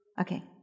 Okay